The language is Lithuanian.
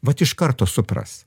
vat iš karto supras